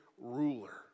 ruler